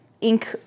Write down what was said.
ink